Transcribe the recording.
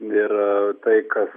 ir tai kas